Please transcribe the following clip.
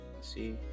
See